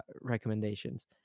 recommendations